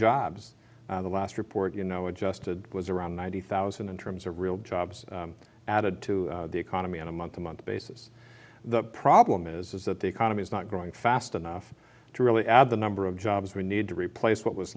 jobs the last report you know adjusted it was around ninety thousand interims a real jobs added to the economy on a month to month basis the problem is that the economy is not growing fast enough to really add the number of jobs we need to replace what was